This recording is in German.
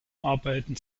arbeiten